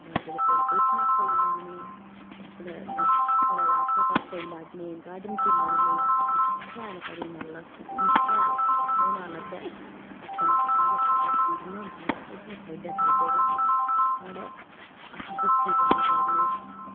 गुलाबै दे फुल्ल बेचने आस्तै बी लाने अपने आस्सै पास्सै बी लान्ने गार्डन च बी लान्ने शैल करी मतलब शैल सोह्न लब्भै अपने जियां साढ़ियां सीढ़ियां होंदियां ते ओह्दियें साइडें साइडै अस साढ़ै अस दस्ती कम्म करने